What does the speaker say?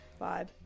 vibe